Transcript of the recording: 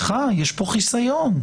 היא שיש חיסיון.